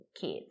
kids